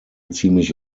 ziemlich